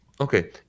okay